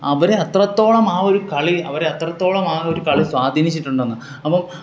അവരെ അത്രത്തോളം ആ ഒരു കളി അവരെ അത്രത്തോളം ആ ഒരു കളി സ്വാധീനിച്ചിട്ടുണ്ടെന്നാണ് അപ്പോൾ